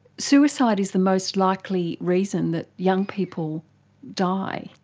suicide is the most likely reason that young people die.